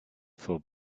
for